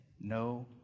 no